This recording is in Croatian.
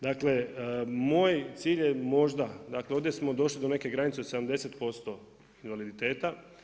Dakle moj cilj je možda, dakle ovdje smo došli do neke granice od 70% invaliditeta.